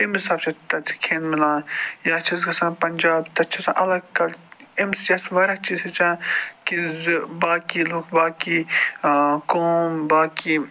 تٔمۍ حِسابہٕ چھِ تَتہِ سُہ کھیٚن میلان یا چھِ أسۍ گژھان پنٛجاب تَتہِ چھِ آسان اَلگ کل اَمہِ سٍتۍ أسۍ واریاہ چیٖز ہیٚچھان کہِ زِ باقٕے لُکھ باقٕے قوم باقٕے